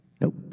Nope